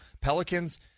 Pelicans